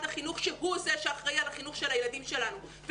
החינוך שהוא זה שאחראי על החינוך של הילדים שלנו.